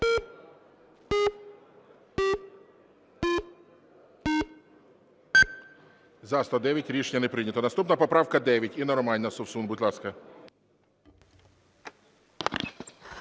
За-109 Рішення не прийнято. Наступна поправка 9. Інна Романівна Совсун, будь ласка.